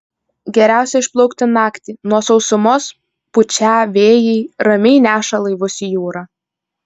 geriausia išplaukti naktį nuo sausumos pučią vėjai ramiai neša laivus į jūrą